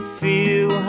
feel